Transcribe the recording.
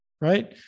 right